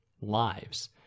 lives